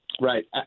Right